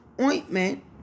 Ointment